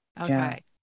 Okay